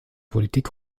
politik